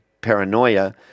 paranoia